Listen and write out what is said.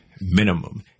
minimum